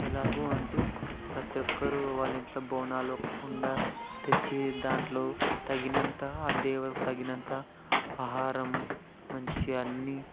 ఎలాగు అంటే ప్రతి ఒక్కరు వాళ్ళింట్లో బోనాలు ఒక కుండ తెచ్చి దాంట్లో తగినంత ఆ దే తగినంత ఆహారం మంచిగా అన్ని